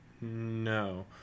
No